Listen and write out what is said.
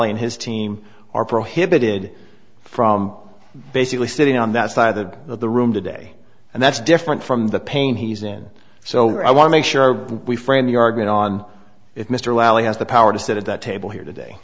and his team are prohibited from basically sitting on that side of the room today and that's different from the pain he's in so i want to make sure we frame your grade on it mr wiley has the power to sit at that table here today